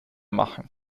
machen